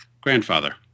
grandfather